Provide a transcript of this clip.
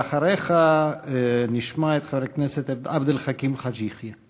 ואחריך נשמע את חבר הכנסת עבד אל חכים חאג' יחיא.